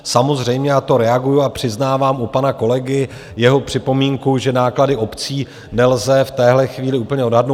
Samozřejmě, a to reaguji a přiznávám u pana kolegy jeho připomínku, že náklady obcí nelze v téhle chvíli úplně odhadnout.